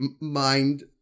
mind